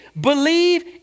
believe